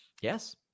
Yes